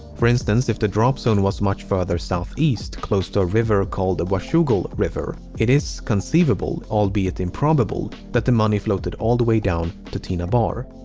for instance, if the drop zone was much further southeast, close to a river called the washougal river, it is conceivable, albeit improbable, that the money floated all the way down to tina bar.